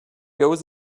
goes